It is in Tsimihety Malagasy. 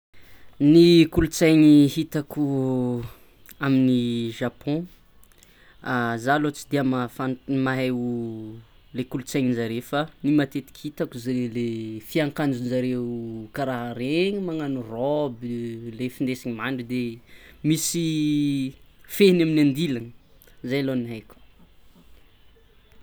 Ny kolontsainy hitako amin'i Japon zah lo tsy de mahaf- mahay le kolotsainizare fa ny matetiky hitako ze le faikanjonjare kara regny magnagno rôby findesiny mandry de misy fehiny amin'ny andilany zay lo ny haiko.